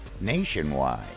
Nationwide